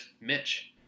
Mitch